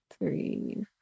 three